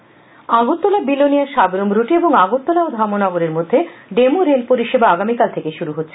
bell Agartala Belonia Sabroom রুটে এবং আগরতলা ও ধর্মনগরের মধ্যে ডেমো রেল পরিষেবা আগামীকাল থেকে শুরু হচ্ছে